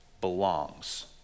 belongs